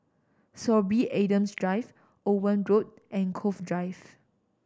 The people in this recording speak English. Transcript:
Sorby Adams Drive Owen Road and Cove Drive